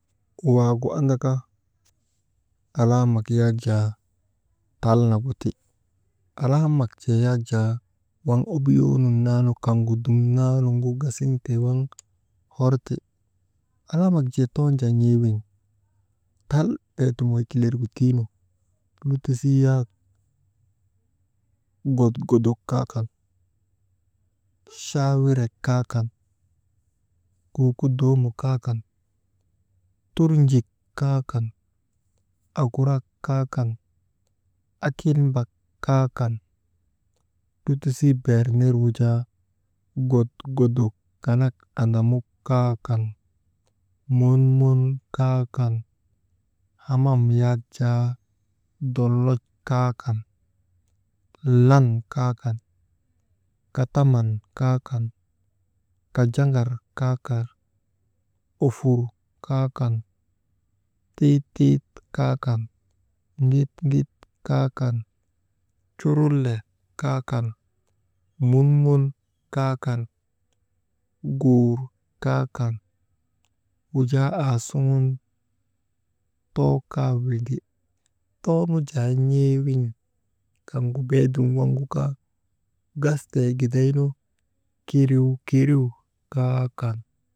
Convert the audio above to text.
Waagu andaka alaamak yak jaa tal nagu ti, alaamak jee yak jaa waŋ obiyoo nun naanu kaŋgu dumnaanuŋgu gasiŋtee waŋ horti, alaamak jee toon jaa n̰ee wiŋ tal beedum wey kileerigu tiinu, lutisii yak godgodok kaa kan saawirek kaa kan, kuku doomok kaa kan turnjik kaa kan, agurak kaa kan akilnbak kaa kan, lutisii beer nir wujaa godgodok kanak andamuk kaa kan monmon kaa kan hamam yak jaa dolloj kaa kan lan kaa kan kataman kaa kan, kanjagar kaa kan, ofur kaa kan tiitii kaa kan, ŋitŋit kaa kan, culrile kaa kan, munmon kaa kan, guur kaa kan wujaa aasuŋun too kaa windi, too nu jaa n̰eewiŋ kaŋgu beedum waŋgu kaa gastee gidaynu, kiriwkiriw kaa kan.